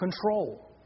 Control